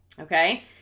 okay